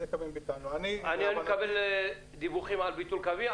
אני מקבל דיווחים על ביטול קווים,